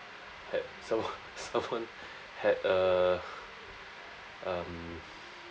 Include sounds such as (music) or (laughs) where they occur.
had someone (laughs) someone had a uh